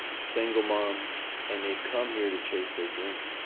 single moms and they've come here to chase their dream.